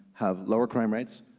have lower crime rates.